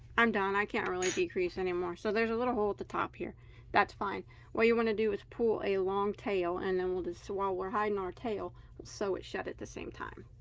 i'm done i can't really decrease anymore. so there's a little hole at the top here that's fine what you want to do is pull a long tail and then we'll just sew. ah we're hiding our tail sew it shut at the same time